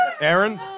Aaron